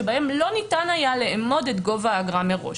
שבהם לא ניתן היה לאמוד את גובה האגרה מראש.